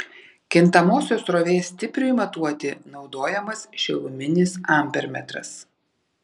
kintamosios srovės stipriui matuoti naudojamas šiluminis ampermetras